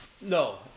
No